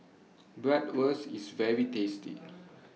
Bratwurst IS very tasty